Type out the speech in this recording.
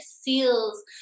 seals